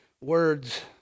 words